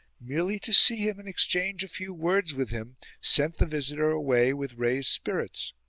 merely to see him and exchange a few words with him sent the visitor away with raised spirits.